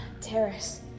Terrace